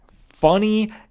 funny